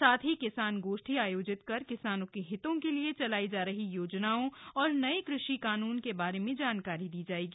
साथ ही किसान गोष्ठी आयोजित कर किसानो के हितों के चलाई जा रही योजनाओं और नये कृषि कानून के बारे में जानकारी दी जाएगी